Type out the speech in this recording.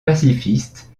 pacifistes